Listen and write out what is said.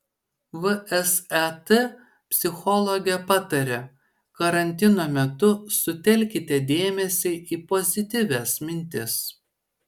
vsat psichologė pataria karantino metu sutelkite dėmesį į pozityvias mintis